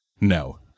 no